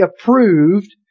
approved